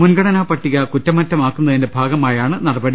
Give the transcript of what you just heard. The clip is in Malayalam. മുൻഗണനാപട്ടിക കുറ്റമറ്റതാക്കുന്നതിന്റെ ഭാഗമായാണ് നടപടി